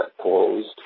closed